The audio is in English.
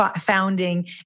founding